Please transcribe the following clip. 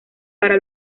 para